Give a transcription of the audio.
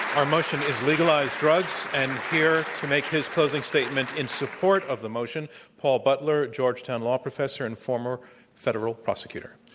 our motion is legalize drugs. and here to make his closing statement in support of themotion, paul butler, georgetown law professor and former federal prosecutor.